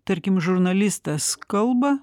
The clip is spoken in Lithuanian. tarkim žurnalistas kalba